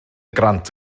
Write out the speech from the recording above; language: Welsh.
grant